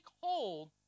hold